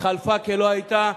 חלפה כלא היתה.